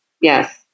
yes